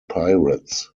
pirates